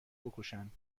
بکشند